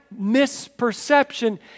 misperception